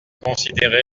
considéré